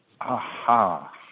Aha